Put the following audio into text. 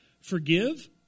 Forgive